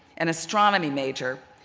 and astronomy major,